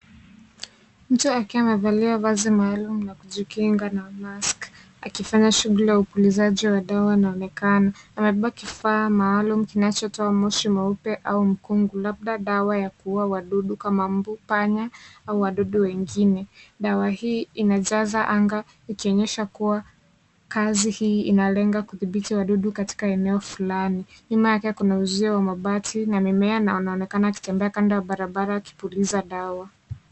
Mtu akiwa amevalia vazi maalum na kujikinga na maski akifanya shughuli ya upulizaji wa dawa anaonekana. Anabeba kifaa maalum kinachotoa moshi mweupe au mkungu, labda dawa ya kuuwa wadudu kama mbu, panya au wadudu wengine. Dawa hii inajaza anga ikionyesha kuwa kazi hii inalenga kudhibiti wadudu katika eneo fulani. Nyuma yake kuna uzio wa mabati na mimea inaonekana akitembea kando ya barabara akipuliza dawa.